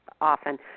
often